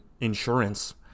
insurance